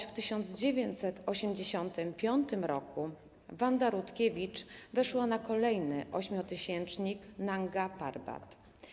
W 1985 r. Wanda Rutkiewicz weszła na kolejny ośmiotysięcznik - Nanga Parbat.